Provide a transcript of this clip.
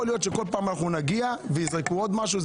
להיות שלכל פעם אנחנו נגיע ויזרקו עוד משהו.